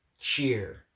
cheer